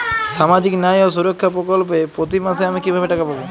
সামাজিক ন্যায় ও সুরক্ষা প্রকল্পে প্রতি মাসে আমি কিভাবে টাকা পাবো?